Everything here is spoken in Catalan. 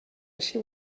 així